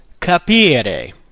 Capire